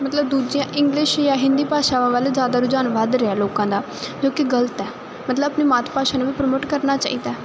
ਤੇ ਦੂਜੀਆਂ ਇੰਗਲਿਸ਼ ਜਾਂ ਹਿੰਦੀ ਭਾਸ਼ਾਵਾਂ ਵਾਲੇ ਜਿਆਦਾ ਰੁਝਾਨ ਵੱਧ ਰਿਹਾ ਲੋਕਾਂ ਦਾ ਕਿਉਂਕਿ ਗਲਤ ਹੈ ਮਤਲਬ ਆਪਣੀ ਮਾਤਭਾਸ਼ਾ ਨੂੰ ਵੀ ਪ੍ਰਮੋਟ ਕਰਨਾ ਚਾਹੀਦਾ